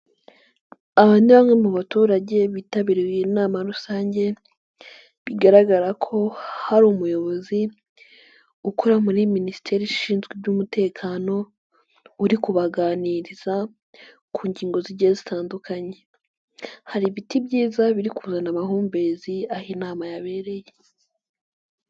Aba ni bamwe mu baturage bitabiriye iyi nama rusange bigaragara ko hari umuyobozi ukora muri minisiteri ishinzwe iby'umutekano uri kubaganiriza ku ngingo zigiye zitandukanye, hari ibiti byiza biri kuzana amahumbezi aho inama yabereye.